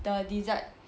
the dessert